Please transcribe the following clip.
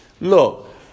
look